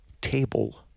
table